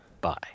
bye